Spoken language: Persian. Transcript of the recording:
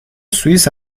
سوئیس